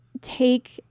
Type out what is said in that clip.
take